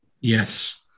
Yes